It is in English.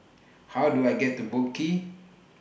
How Do I get to Boat Quay